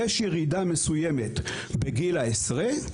יש ירידה מסוימת בגיל העשרה,